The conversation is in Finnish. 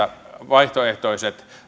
vaihtoehtoiset